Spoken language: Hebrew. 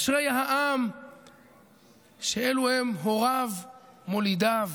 אשרי העם שאלו הם הוריו מולידיו,